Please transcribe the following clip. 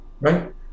right